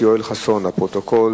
ביום כ"ד בחשוון התש"ע (11 בנובמבר 2009):